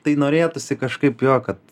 tai norėtųsi kažkaip jo kad